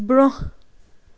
برٛونٛہہ